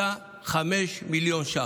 ל-11.5 מיליון ש"ח.